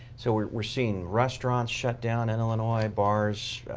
so we're seeing restaurants shut down in illinois, bars,